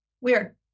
Weird